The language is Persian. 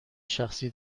شخصی